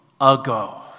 ago